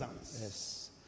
Yes